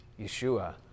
Yeshua